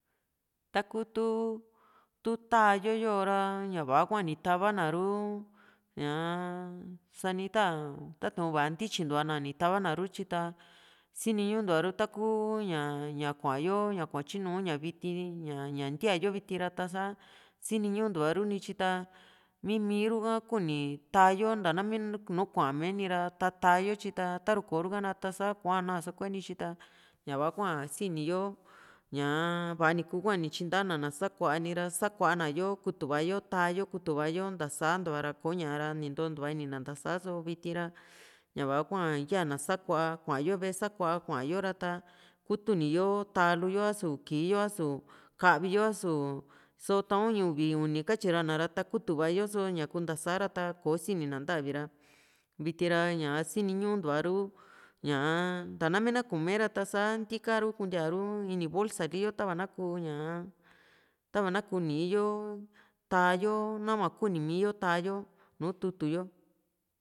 taku tu´u tu taayo ra ñaa va´a hua ni tavana ruu ñaa sa´ni ta´a tatu´n va ntityintuana ni tava na ru´e tyi ta sini ñuu ntuaru ta kuu ña ña kuayo kuayo tyinu ña viti ña ña ntiayo viti ra ta sa sini ñuuntua ru nityi ta mimi ru´ka kuni taá yo ntana mi nùù kuamee ni ra ta ta´a yo tyi ta ta´ru ko´ruka ra ta´sa kuaanaa so kuetyi ta ñava hua siniyo ñaa vani kuu hua ni tyintana na´a sakua ni´ra sakuayo na yo kutu va´yo ta´a yo kutuva yo ntasantua ra ko´ña ra ni ntontua ini na ntasa so viti ra ña va´a hua yana sakua kua yo ve´e sakua kuayo ra ta kutuni yo ta´alu yo a´su kii yo a´su ka´vi yo a´su só ta´u in uvi uni katyirana ra ta kutuva yo só ñaku nta saa ra kò´o sini na ntavi ra vitira ña sini ñuuntua ku ña ntana mi na kuu me ra tasa ntika yo kuntiaru ini bolsali yo tava kuu ña tava na kuu niiyo taa´yo nahua kuni mii yo taa´yo nu tutu yo